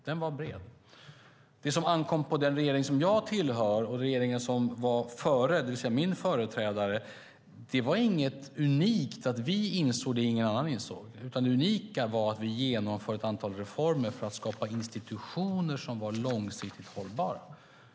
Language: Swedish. Det som den nuvarande regeringen och regeringen före, det vill säga min företrädare, insåg var inget unikt, att vi skulle ha insett något som ingen annan insett, utan det unika var att vi genomförde ett antal reformer för att skapa institutioner som var långsiktigt hållbara.